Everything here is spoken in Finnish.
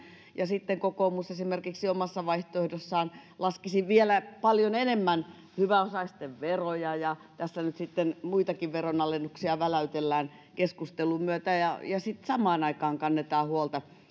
ja sitten kokoomus esimerkiksi omassa vaihtoehdossaan laskisi vielä paljon enemmän hyväosaisten veroja ja tässä nyt sitten muitakin veronalennuksia väläytellään keskustelun myötä ja samaan aikaan kannetaan huolta